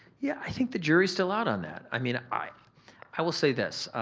yeah i think the jury's still out on that i mean, i i will say this,